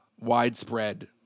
widespread